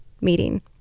meeting